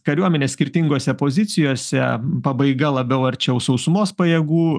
kariuomenės skirtingose pozicijose pabaiga labiau arčiau sausumos pajėgų